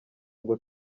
ngo